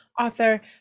author